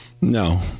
No